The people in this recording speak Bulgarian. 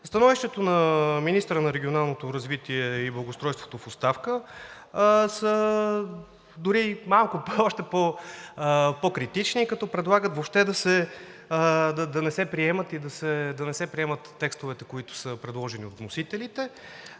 становището на министъра на регионалното развитие и благоустройството в оставка са дори още по-критични, като предлагат въобще да не се приемат текстовете, които са предложени от вносителите,